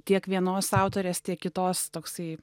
tiek vienos autorės tiek kitos toksai